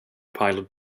pilot